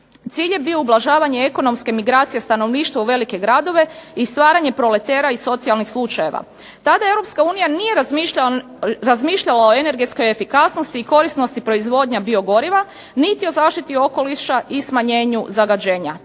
Cilj je bio ublažavanje ekonomske migracije stanovništva u velike gradove i stvaranje proletera i socijalnih slučajeva. Tada Europska unija nije razmišljala o energetskoj efikasnosti i korisnosti proizvodnje biogoriva niti o zaštiti okoliša i smanjenju zagađenja.